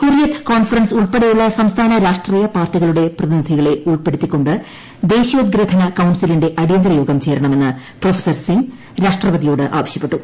Hurriyat conference ഉൾപ്പെടെയുള്ള സംസ്ഥാന രാഷ്ട്രീയ പാർട്ടികളുടെ പ്രതിനിധികളെ ഉൾപ്പെടുത്തി കൊണ്ട് ദേശീയോദ്ഗ്രഥന് കൌൺസിലിന്റെ അടിയന്തര യോഗം ചേരണമെന്ന് പ്രൊഫസർ സ്നിംഗ് രാഷ്ട്രപതിയോട് ആവശ്യപ്പെട്ടു